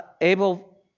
able